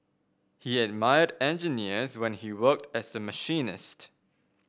he admired engineers when he worked as a machinist